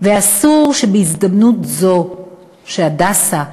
ואסור שבהזדמנות זו ש"הדסה"